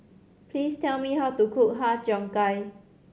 please tell me how to cook Har Cheong Gai